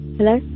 Hello